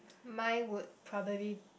mine would probably